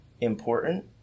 important